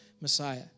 Messiah